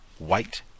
White